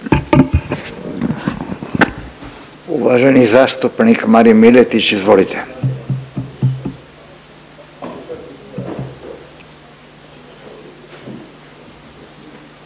Uvaženi zastupnik Marin Miletić, izvolite.